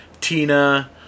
Tina